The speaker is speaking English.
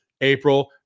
April